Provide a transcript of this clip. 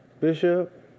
Bishop